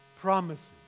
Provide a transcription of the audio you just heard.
promises